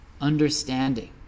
understanding